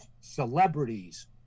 celebrities